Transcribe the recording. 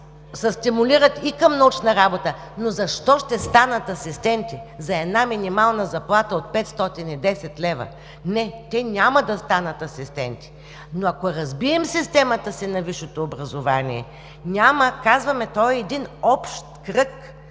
стимулират и към научна работа, но защо ще станат асистенти за една минимална заплата от 510 лв.? Не, те няма да станат асистенти. Но ако разбием системата си на висшето образование, то е един общ кръг,